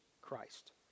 Christ